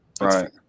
right